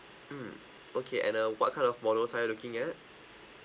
mm okay and uh what kind of models are you looking at